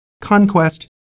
Conquest